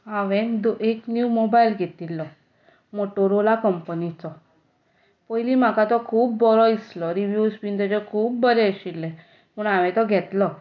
हांवें एक नीव मोबायल घेतिल्लो मोटोरोला कंपनीचो पयलीं म्हाका तो खूब बरो दिसलो रिविव्ज बी ताजे खूब बरे आशिल्ले म्हूण हांवें तो घेतलो